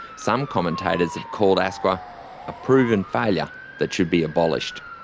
some commentators have called asqa a proven failure that should be abolished.